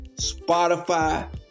spotify